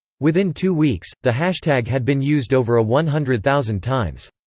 within two weeks, the hashtag had been used over a one hundred thousand times.